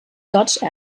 dodge